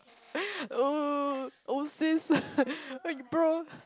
oh oh since April